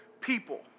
people